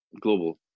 global